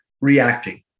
reacting